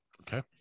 Okay